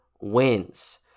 wins